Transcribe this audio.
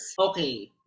Okay